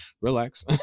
relax